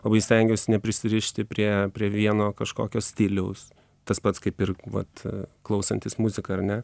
labai stengiuosi neprisirišti prie prie vieno kažkokio stiliaus tas pats kaip ir vat klausantis muziką ar ne